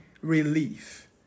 relief